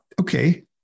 Okay